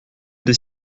des